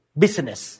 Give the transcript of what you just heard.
business